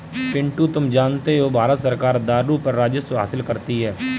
पिंटू तुम जानते हो भारत सरकार दारू पर राजस्व हासिल करती है